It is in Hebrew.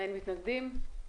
אין מתנגדים.